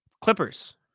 clippers